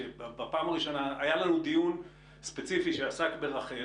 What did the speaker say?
בפעם הראשונה היה לנו דיון ספציפי שעסק ברח"ל,